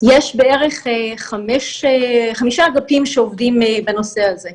יש בערך חמישה אגפים שעובדים בנושא הזה,